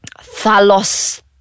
thalos